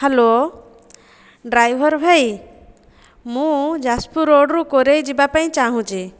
hello driver ଭାଇ ମୁଁ ଯାଜପୁର ରୋଡ଼ରୁ କୋରେଇ ଯିବାପାଇଁ ଚାହୁଁଛି